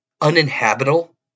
Uninhabitable